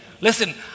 Listen